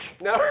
No